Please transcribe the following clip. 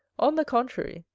on the contrary,